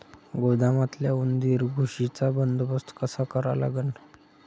गोदामातल्या उंदीर, घुशीचा बंदोबस्त कसा करा लागन?